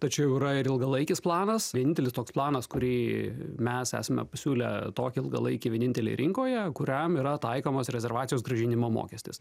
tačiau yra ir ilgalaikis planas vienintelis toks planas kurį mes esame pasiūlę tokį ilgalaikį vieninteliai rinkoje kuriam yra taikomas rezervacijos grąžinimo mokestis